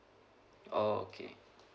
oh okay